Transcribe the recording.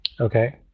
Okay